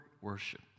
worship